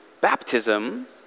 baptism